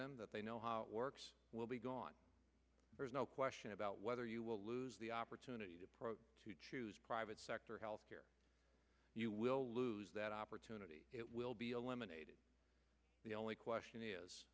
them that they know how it works will be gone there's no question about whether you will lose the opportunity to choose private sector health care you will lose that opportunity it will be eliminated the only question is